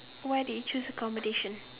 why did you choose accommodation